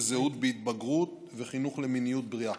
זהות בהתבגרות וחינוך למיניות בריאה.